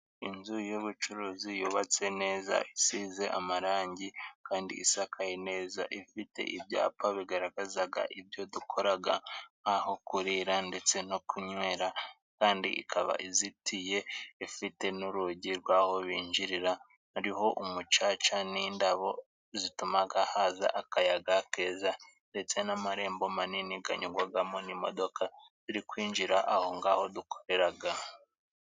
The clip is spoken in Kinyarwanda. Inzu y'ubucuruzi yubatse neza, isize amarangi, kandi isakaye neza, ifite ibyapa bigaragazaga ibyo dukoraga, nk'aho kurira ndetse no kunywera, kandi ikaba izitiye, ifite n'urugi rw'aho binjirira, hariho umucaca n'indabo, zitumaga haza akayaga keza, ndetse n'amarembo manini, ganyugwagamo n'imodoka, biri kwinjira aho ngaho dukoreraga.